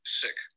sick